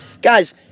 Guys